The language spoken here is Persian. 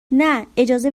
نه، اجازه